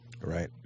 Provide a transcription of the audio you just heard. Right